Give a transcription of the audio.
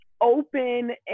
open